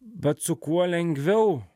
bet su kuo lengviau